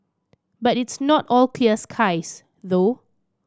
but it's not all clear skies though